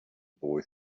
boy